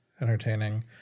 entertaining